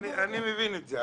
אני מבין את זה,